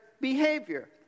behavior